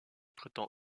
prétend